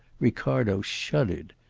ricardo shuddered.